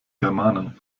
germanen